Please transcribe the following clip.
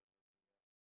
ya